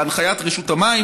בהנחיית רשות המים,